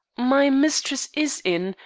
my mistress is in,